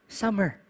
summer